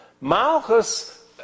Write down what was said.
Malchus